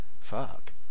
Fuck